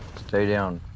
stay down.